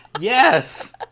Yes